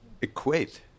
equate